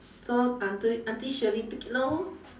so auntie auntie shirley take it lor